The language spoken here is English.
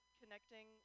connecting